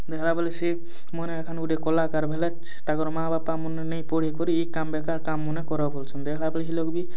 ଦେଖିଲା ବେଲେ ସେ ମନେ ଏଖାନୁ ଗୋଟେ କଲାକାର ବେଲେ ସ୍ ତାଙ୍କର ମା' ବାପାମାନେ ନାଇଁ ପଢ଼ି କରି ଇ କାମ ବେକାର କାମମାନେ କର ବୋଲଛନ ଦେଖିଲା ବେଲେ ହି ଲୋକ ବି